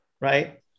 Right